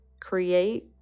create